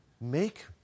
Make